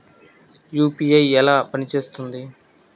UPI ఎలా పనిచేస్తుంది?